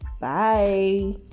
Bye